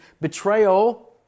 betrayal